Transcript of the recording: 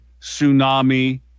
tsunami